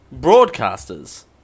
broadcasters